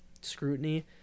scrutiny